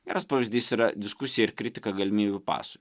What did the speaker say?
geras pavyzdys yra diskusija ir kritika galimybių pasui